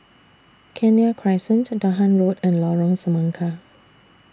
Kenya Crescent Dahan Road and Lorong Semangka